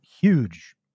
huge